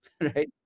right